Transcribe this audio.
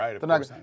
Right